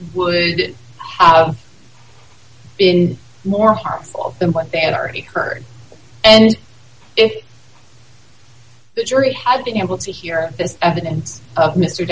would been more harmful than what they had already heard and if the jury had been able to hear evidence of mr